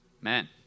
Man